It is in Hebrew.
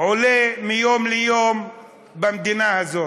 עולה מיום ליום במדינה הזאת.